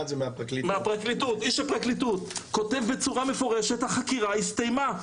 איש הפרקליטות כותב בצורה מפורשת "החקירה הסתיימה".